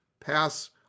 pass